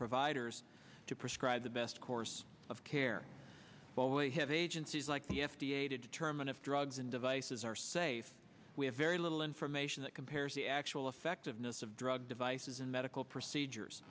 providers to prescribe the best course of care while we have agencies like the f d a to determine if drugs and devices are safe we have very little information that compares the actual effectiveness of drug devices in medical procedures